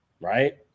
right